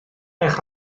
eich